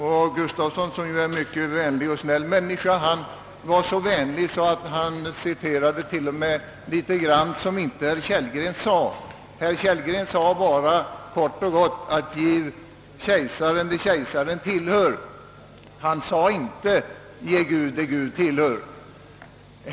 Herr Gustafsson, som ju är en mycket vänlig och snäll människa, var t.o.m., så snäll att han tog med en del som herr Kellgren inte sade då han citerade bibelstället. Herr Kellgren sade kort och gott: Ge kejsaren det kejsaren tillhör. Han sade inte: Ge Gud det Gud tillhör.